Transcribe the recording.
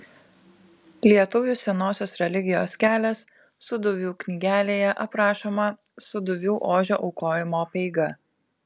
lietuvių senosios religijos kelias sūduvių knygelėje aprašoma sūduvių ožio aukojimo apeiga